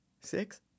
six